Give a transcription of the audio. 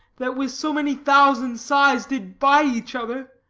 that with so many thousand sighs did buy each other,